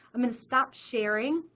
i'm going to stop sharing